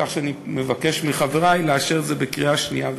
כך שאני מבקש מחברי לאשר את זה בקריאה שנייה ושלישית.